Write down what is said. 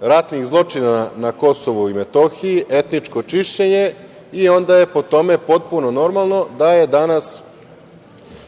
ratnih zločina na KiM, etničko čišćenje i onda je po tome potpuno normalno da je danas